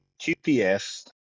QPS